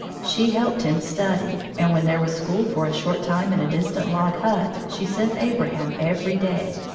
she helped him study, and when there was school for a short time in a distant log hut, she sent abraham every day.